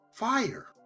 fire